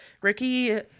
Ricky